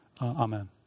amen